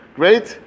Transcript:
great